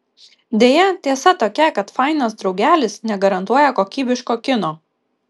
deja tiesa tokia kad fainas draugelis negarantuoja kokybiško kino